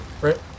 right